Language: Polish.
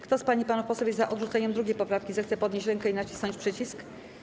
Kto z pań i panów posłów jest za odrzuceniem 2. poprawki, zechce podnieść rękę i nacisnąć przycisk.